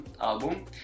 album